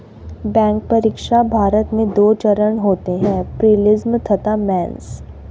bank परीक्षा, भारत में दो चरण होते हैं प्रीलिम्स तथा मेंस